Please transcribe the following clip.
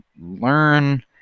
learn